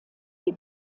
die